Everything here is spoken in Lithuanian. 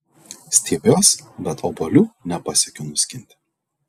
stiebiuos bet obuolių nepasiekiu nuskinti